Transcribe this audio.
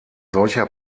solcher